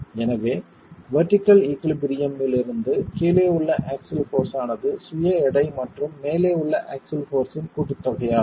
எனவே vertical equilibrium மி லிருந்து கீழே உள்ள ஆக்ஸில் போர்ஸ் ஆனது சுய எடை மற்றும் மேலே உள்ள ஆக்ஸில் போர்ஸ் இன் கூட்டுத்தொகையாகும்